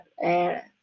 air